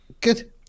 Good